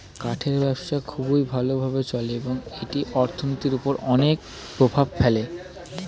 কাঠের ব্যবসা খুবই ভালো ভাবে চলে এবং এটি অর্থনীতির উপর অনেক প্রভাব ফেলে